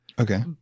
Okay